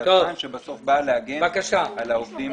רוכלות